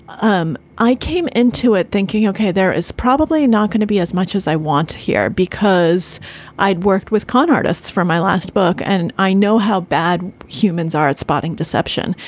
um i came into it thinking, ok, there is probably not going to be as much as i want here because i had worked with con artists for my last book. and i know how bad humans are at spotting deception.